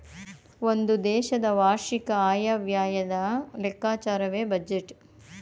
ಒಂದು ದೇಶದ ವಾರ್ಷಿಕ ಆಯವ್ಯಯದ ಲೆಕ್ಕಾಚಾರವೇ ಬಜೆಟ್